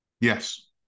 Yes